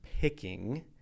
picking